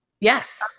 Yes